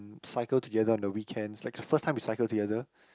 cycle together on the weekends like the first time we cycle together